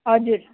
हजुर